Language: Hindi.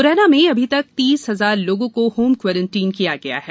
मुरैना में अभी तक तीस हजार लोगों को होम कोरेन्टीन किया गया है